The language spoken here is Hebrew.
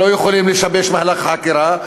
והם לא יכולים לשבש מהלך חקיקה,